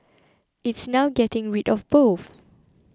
it's now getting rid of both